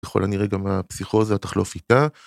ככל הנראה גם הפסיכוזה תחלוף איתה.